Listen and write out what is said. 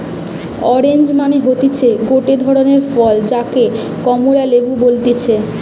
orange মানে হতিছে গটে ধরণের ফল যাকে কমলা লেবু বলতিছে